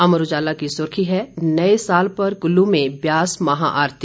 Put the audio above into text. अमर उजाला की सुर्खी है नए साल पर कुल्लू में ब्यास महाआरती